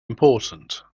important